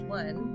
one